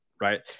Right